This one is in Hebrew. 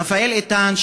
רפאל איתן,